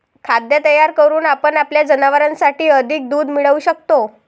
खाद्य तयार करून आपण आपल्या जनावरांसाठी अधिक दूध मिळवू शकतो